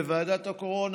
בוועדת הקורונה,